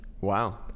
wow